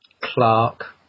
Clark